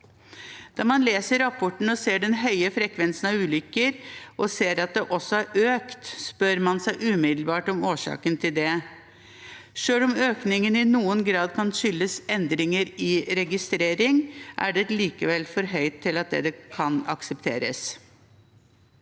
Når man leser rapporten, ser den høye frekvensen av ulykker og ser at det også har økt, spør man seg umiddelbart om årsaken til det. Selv om økningen i noen grad kan skyldes endringer i registrering, er den likevel for høy til at den kan aksepteres.